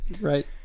Right